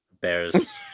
bears